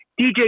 DJ